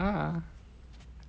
can